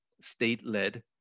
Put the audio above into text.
state-led